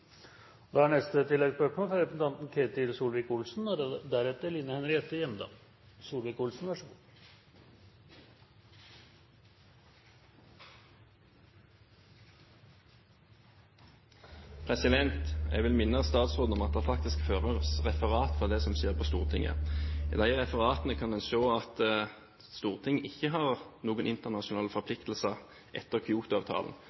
Ketil Solvik-Olsen – til oppfølgingsspørsmål. Jeg vil minne statsråden på at det faktisk føres referat fra det som skjer på Stortinget. I de referatene kan man se at Stortinget ikke har noen internasjonale